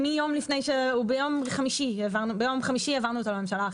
ביום חמישי העברנו אותו לממשלה.